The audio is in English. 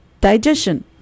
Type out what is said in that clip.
digestion